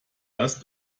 das